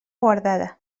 guardada